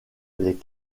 les